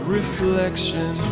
reflection